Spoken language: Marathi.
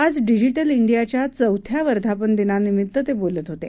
आज डिजिटल ांडियाच्या चौथ्या वर्धापन दिनानिमित्त ते बोलत होते